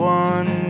one